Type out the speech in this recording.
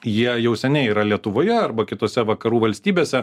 jie jau seniai yra lietuvoje arba kitose vakarų valstybėse